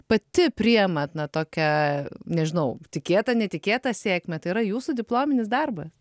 pati priimat na tokia nežinau tikėta netikėta sėkme tai yra jūsų diplominis darbas